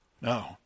No